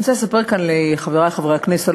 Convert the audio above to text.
אני רוצה לספר כאן לחברי חברי הכנסת,